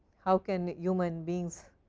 how can human beings